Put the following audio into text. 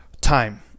time